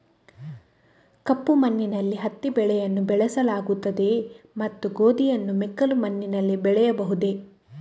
ಕಪ್ಪು ಮಣ್ಣಿನಲ್ಲಿ ಹತ್ತಿ ಬೆಳೆಯನ್ನು ಬೆಳೆಸಲಾಗುತ್ತದೆಯೇ ಮತ್ತು ಗೋಧಿಯನ್ನು ಮೆಕ್ಕಲು ಮಣ್ಣಿನಲ್ಲಿ ಬೆಳೆಯಬಹುದೇ?